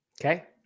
okay